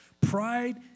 Pride